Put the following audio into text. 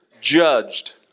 judged